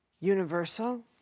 universal